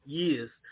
years